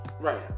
Right